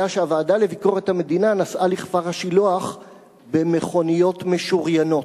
היה שהוועדה לביקורת המדינה נסעה לכפר-השילוח במכוניות משוריינות.